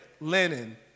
linen